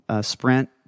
sprint